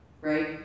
right